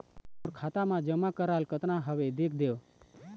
मोर खाता मा जमा कराल कतना हवे देख देव?